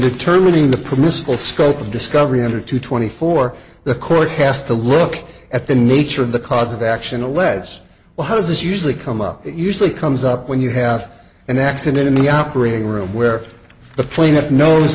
determining the permissible scope of discovery under two twenty four the court has to look at the nature of the cause of action alleged well how does this usually come up it usually comes up when you have an accident in the operating room where the plaintiff knows